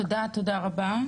תודה רבה.